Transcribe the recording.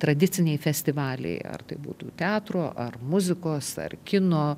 tradiciniai festivaliai ar tai būtų teatro ar muzikos ar kino